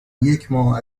یکماه